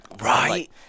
right